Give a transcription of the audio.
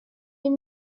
ein